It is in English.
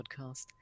podcast